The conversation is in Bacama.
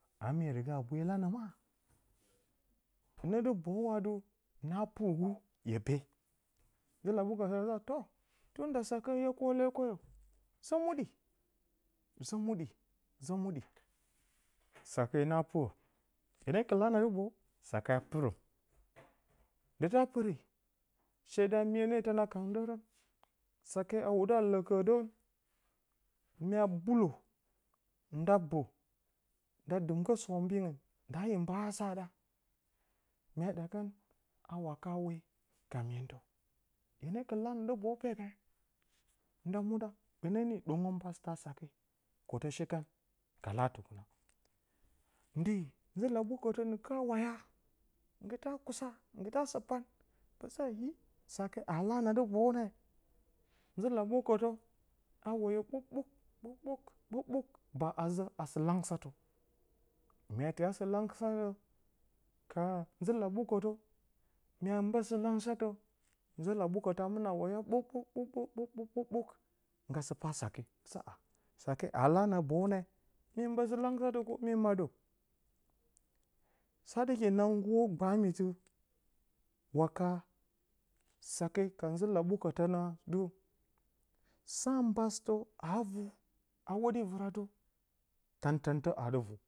A mye riga bwe lanǝ ma hɨnǝ dɨ boyu atɨ na pɨrgu hye pe, nzɨlaɓukǝtǝ a sa tǝ, tunda sake hye kole koyo zǝ muɗi zǝ muɗi zǝ muɗi zǝ muɗi saka na pɨrǝ hye ne kɨl la na boyu sake a pɨrǝ. ndi ta pɨri shee da mirǝ nee tǝna kangdǝrǝn sake a wudǝ a lǝkǝdǝrǝn, mya bulo nda bǝ nda dɨmgǝ sombingɨn ndssyǝ mba asǝ a ɗa mya ɗakan a waka we ka myentǝ, hyena kɨl la na dɨ boyu pepe? Nda muɗa hye ni ɗongǝ mbasta sake kotǝ sikan ka la tukuna. Ndi nzɨlaɓukǝtǝ ndi ta waya nngɨ a kusa nggɨ ta sɨ pan nngga sa hi sake a la na dɨ boyu nea, nzɨlaɓukǝtu a woyo ɓuk-ɓuk ɓuk-ɓuk ɓuk-ɓuk baa a zǝ haa sɨlangsɨtǝ, mya tiya sɨlangsǝtǝ ka nzɨlaɓukǝ mya mbǝǝ sɨlangsǝtǝ nzɨlaɓukǝtǝ a mɨna waya ɓuk-ɓuk ɓuk-ɓuk ɓuk-ɓuk ngga sɨ pa sake ngga sa a sake a la na boyu ne, mye mbǝǝ sɨlangsǝtlu mye maɗǝ sa ɗɨki na gǝw gbamitǝ waka sake ka nzɨlɓukǝtǝ sa mbasɨtǝ aa vu a hwoɗi vɨratǝ, tan-tantǝ a dɨ vu.